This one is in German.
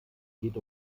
geht